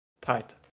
tight